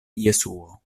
jesuo